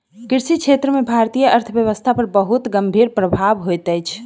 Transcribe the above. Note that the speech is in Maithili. कृषि क्षेत्र के भारतीय अर्थव्यवस्था पर बहुत गंभीर प्रभाव होइत अछि